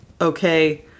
Okay